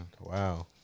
Wow